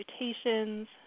mutations